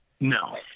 No